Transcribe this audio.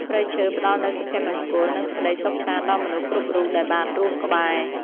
ព្រៃឈើផ្តល់នូវសុភមង្គលនិងសេចក្តីសុខសាន្តដល់មនុស្សគ្រប់រូបដែលបានរស់ក្បែរ។ព្រៃឈើផ្តល់នូវសុភមង្គលនិងសេចក្តីសុខសាន្តដល់មនុស្សគ្រប់រូបដែលបានរស់ក្បែរ។